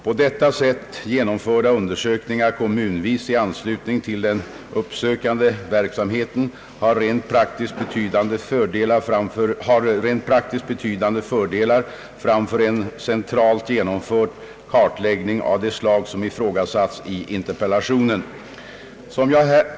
På detta sätt genomförda undersökningar kommunvis i anslutning till den uppsökande verksamheten har rent praktiskt betydande fördelar framför en centralt genomförd kartläggning av det slag som ifrågasatts i interpellationen.